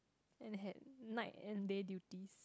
and had night and day duties